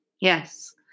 yes